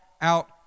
out